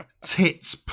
Tits